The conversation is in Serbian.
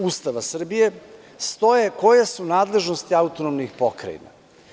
Ustava Srbije stoje koje su nadležnosti autonomnih pokrajina.